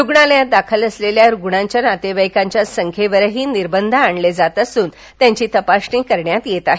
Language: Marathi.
रुग्णालयात दाखल असलेल्या रुग्णाच्या नातेवाईकांच्या संख्येवर निर्बंध आणले जात असून त्यांची तपासणी करण्यात येत आहे